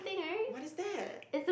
what is that